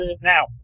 now